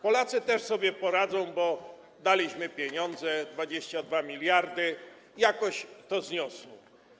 Polacy też sobie poradzą, bo daliśmy pieniądze, 22 mld, jakoś to zniosą.